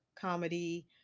comedy